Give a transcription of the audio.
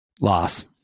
loss